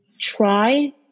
try